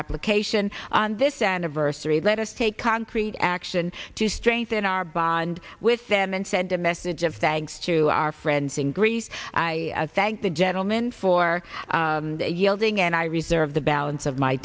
application on this anniversary let us take concrete action to strengthen our bond with them and send a message of thanks to our friends in greece i thank the gentleman for yielding and i reserve the balance of my